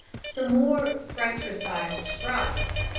some more fratricidal strife.